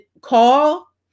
call